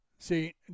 See